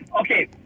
Okay